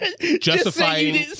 Justifying